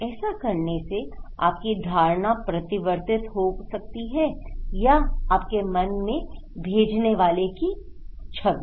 ऐसा करने से आपकी धारणा परिवर्तित हो सकती है या आपके मन में भेजने वाले की छवि